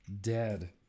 dead